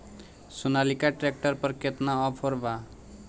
Sonalika tractor पर केतना offer बा?